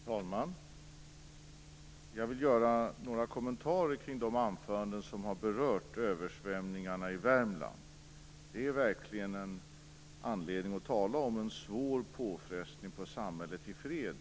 Herr talman! Jag vill göra några kommentarer kring de anföranden som har berört översvämningarna i Värmland. Det som har ägt rum och äger rum där ger verkligen en anledning att tala om en svår påfrestning på samhället i fred.